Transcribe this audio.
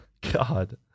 God